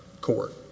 court